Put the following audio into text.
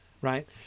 right